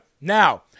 Now